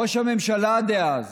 ראש הממשלה דאז